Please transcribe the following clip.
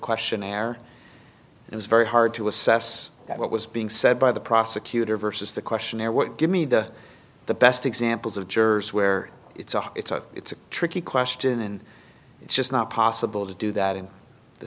questionnaire it was very hard to assess what was being said by the prosecutor versus the questionnaire what give me the the best examples of jurors where it's a it's a it's a tricky question and it's just not possible to do that in the